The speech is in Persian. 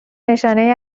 نشانهای